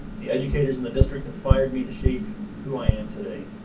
the educators in the district inspired me to shaped who i am today.